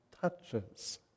touches